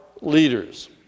leaders